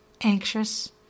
anxious